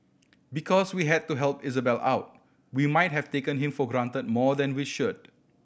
because we had to help Isabelle out we might have taken him for granted more than we should